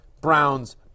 Browns